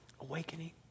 Awakening